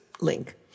link